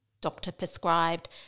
doctor-prescribed